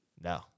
No